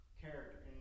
character